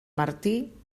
martí